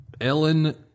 Ellen